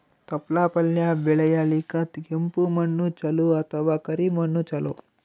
ತೊಪ್ಲಪಲ್ಯ ಬೆಳೆಯಲಿಕ ಕೆಂಪು ಮಣ್ಣು ಚಲೋ ಅಥವ ಕರಿ ಮಣ್ಣು ಚಲೋ?